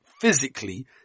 physically